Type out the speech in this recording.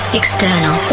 external